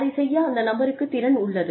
அதைச் செய்ய அந்த நபருக்கு திறன் உள்ளது